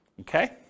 Okay